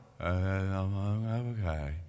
Okay